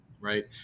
Right